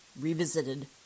revisited